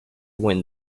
when